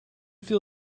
feel